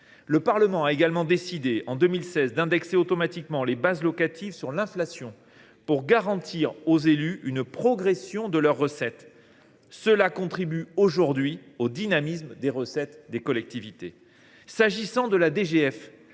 Le Parlement a également décidé en 2016 d’indexer automatiquement les bases locatives sur l’inflation, pour garantir aux élus une progression de leurs recettes. Cela contribue aujourd’hui au dynamisme des recettes des collectivités. J’en viens à la DGF